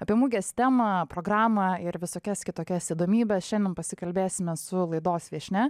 apie mugės temą programą ir visokias kitokias įdomybes šiandien pasikalbėsime su laidos viešnia